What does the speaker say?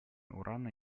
урана